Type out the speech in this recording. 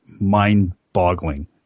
mind-boggling